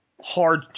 hard